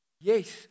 Yes